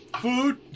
food